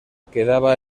quedaba